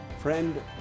Friend